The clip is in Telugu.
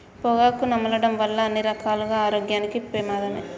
పొగాకు నమలడం వల్ల అన్ని రకాలుగా ఆరోగ్యానికి పెమాదమే